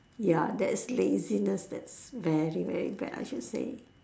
ya that's laziness that's very very bad I should say